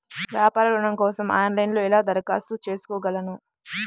వ్యాపార ఋణం కోసం ఆన్లైన్లో ఎలా దరఖాస్తు చేసుకోగలను?